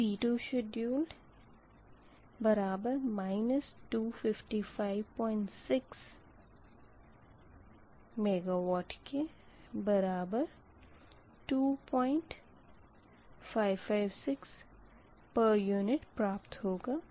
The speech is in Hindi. तो P2 शेड्युल बराबर 2556 मेगावाट यानी कि पहले की ही तरह 2556 पर यूनिट प्राप्त होगा